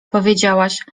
powiedziałaś